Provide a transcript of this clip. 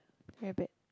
very bad